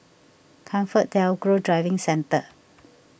ComfortDelGro Driving Centre